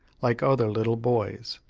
like other little boys.